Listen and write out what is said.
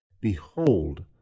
Behold